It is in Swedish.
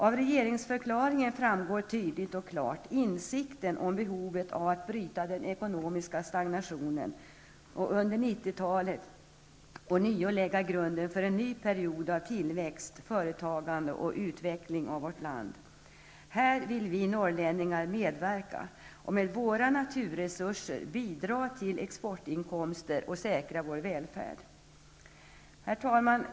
Av regeringsförklaringen framgår tydligt och klart insikten om behovet av att bryta den ekonomiska stagnationen och att under 90-talet ånyo lägga grunden för en ny period av tillväxt, företagande och utveckling i vårt land. Här vill vi norrlänningar medverka och med våra naturresurser bidra till exportinkomster och säkra vår välfärd. Herr talman!